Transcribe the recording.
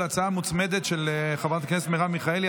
על ההצעה המוצמדת של חברת הכנסת מרב מיכאלי.